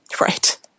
Right